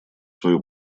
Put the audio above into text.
свою